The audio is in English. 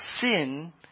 sin